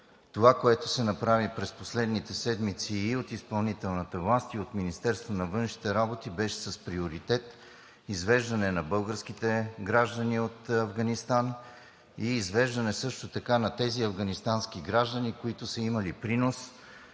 това, което се направи през последните седмици и от изпълнителната власт, и от Министерството на външните работи, беше с приоритет – извеждане на българските граждани от Афганистан и извеждане също така на тези афганистански граждани, които са имали принос